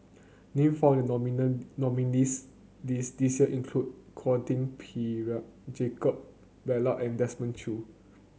name found the nominees' list this year include Quentin Pereira Jacob Ballas and Desmond Choo